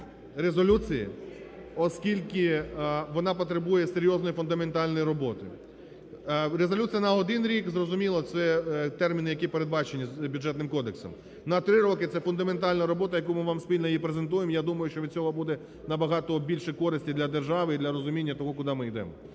резолюції, оскільки вона потребує серйозної фундаментальної роботи. Резолюція на один рік – зрозуміло, це терміни, які передбачені Бюджетним кодексом. На 3 роки – це фундаментальна робота, яку ми вам спільно її презентуємо. Я думаю, що він цього буде набагато більше користі для держави і для розуміння того, куди ми йдемо.